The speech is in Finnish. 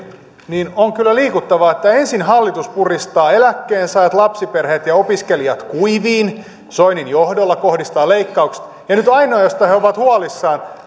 niin on kyllä liikuttavaa että ensin hallitus puristaa eläkkeensaajat lapsiperheet ja opiskelijat kuiviin soinin johdolla kohdistaa leikkaukset ja nyt nyt ainoa mistä he ovat huolissaan